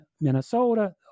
Minnesota